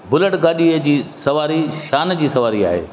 bullet गाॾीअ जी सवारी शान जी सवारी आहे